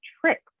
tricks